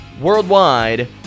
worldwide